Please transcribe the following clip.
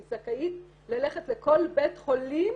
היא זכאית ללכת לכל בית חולים